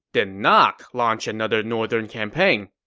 did not launch another northern campaign.